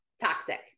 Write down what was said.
toxic